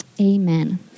Amen